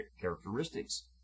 characteristics